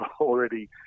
already